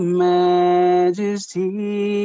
majesty